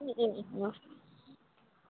অঁ